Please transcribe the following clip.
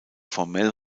formell